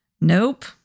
Nope